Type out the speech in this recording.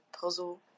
puzzle